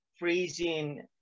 freezing